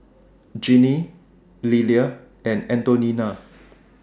Jeannie Lillia and Antonina